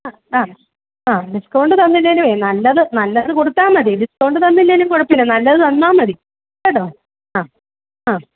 ആ ആ ആ ഡിസ്കൗണ്ട് തന്നില്ലേലും നല്ലത് നല്ലത് കൊടുത്താൽ മതി ഡിസ്കൗണ്ട് തന്നില്ലേലും കുഴപ്പമില്ല നല്ലത് തന്നാൽ മതി കേട്ടോ ആ ആ